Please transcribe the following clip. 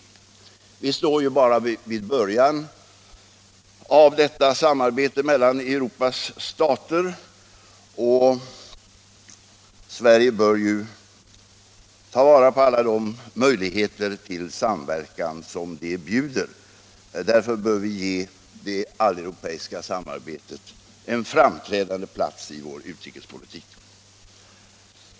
Vi står endast vid början av detta samarbete mellan Europas stater, och Sverige bör ta vara på alla de möjligheter denna samverkan bjuder. Därför bör vi ge det alleuropeiska samarbetet en framträdande plats i vår utrikespolitik.